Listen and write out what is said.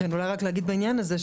אולי רק להגיד בעניין הזה,